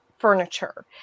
furniture